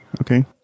Okay